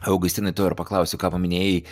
augustinai to ir paklausiu ką paminėjai